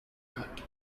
cut